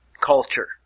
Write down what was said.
culture